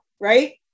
right